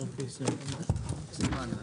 הישיבה ננעלה